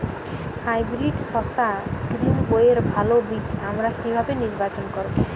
Hybrid শসা গ্রীনবইয়ের ভালো বীজ আমরা কিভাবে নির্বাচন করব?